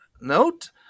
note